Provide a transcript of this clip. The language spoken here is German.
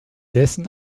dessen